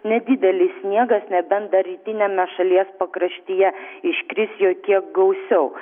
nedidelis sniegas nebent dar rytiniame šalies pakraštyje iškris jo kiek gausiau